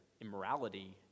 immorality